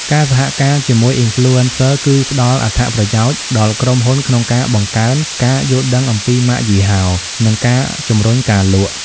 ការសហការជាមួយ Influencer គឺផ្តល់អត្ថប្រយោជន៍ដល់ក្រុមហ៊ុនក្នុងការបង្កើនការយល់ដឹងអំពីម៉ាកយីហោ និងការជំរុញការលក់។